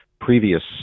previous